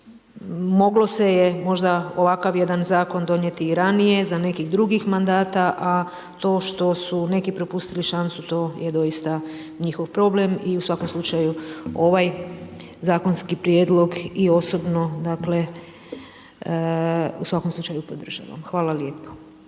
moglo se je možda ovakav jedan zakon donijeti i ranije za nekih drugih mandata a to što su neki propustili šansu, to je doista njihov problem i u svakom slučaju, ovaj zakonski prijedlog i osobno u svakom slučaju podržavam. Hvala lijepa.